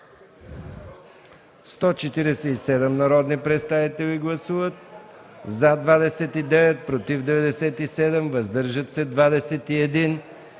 147 народни представители: за 29, против 97, въздържали се 21.